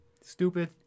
Stupid